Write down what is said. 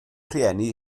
rhieni